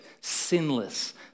sinless